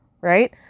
right